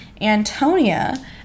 Antonia